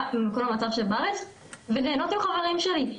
מכל המצב שבארץ וליהנות עם חברים שלי.